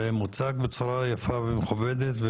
זה מוצג בצורה יפה ומכובדת,